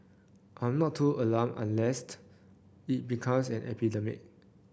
I'm not too alarmed unless it becomes an epidemic